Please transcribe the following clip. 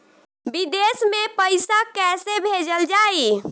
विदेश में पईसा कैसे भेजल जाई?